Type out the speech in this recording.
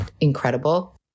incredible